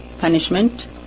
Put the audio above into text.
punishment